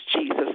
Jesus